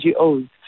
NGOs